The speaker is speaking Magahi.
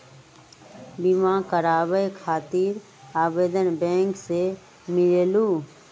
बिमा कराबे खातीर आवेदन बैंक से मिलेलु?